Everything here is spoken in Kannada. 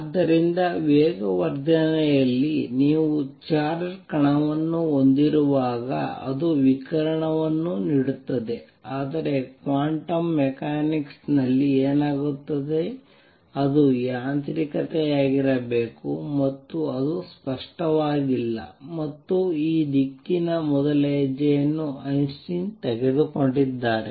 ಆದ್ದರಿಂದ ವೇಗವರ್ಧನೆಯಲ್ಲಿ ನೀವು ಚಾರ್ಜ್ಡ್ ಕಣವನ್ನು ಹೊಂದಿರುವಾಗ ಅದು ವಿಕಿರಣವನ್ನು ನೀಡುತ್ತದೆ ಆದರೆ ಕ್ವಾಂಟಮ್ ಮೆಕ್ಯಾನಿಕ್ಸ್ ನಲ್ಲಿ ಏನಾಗುತ್ತದೆ ಅದು ಯಾಂತ್ರಿಕತೆಯಾಗಿರಬೇಕು ಮತ್ತು ಅದು ಸ್ಪಷ್ಟವಾಗಿಲ್ಲ ಮತ್ತು ಈ ದಿಕ್ಕಿನ ಮೊದಲ ಹೆಜ್ಜೆಯನ್ನು ಐನ್ಸ್ಟೈನ್ ತೆಗೆದುಕೊಂಡಿದ್ದಾರೆ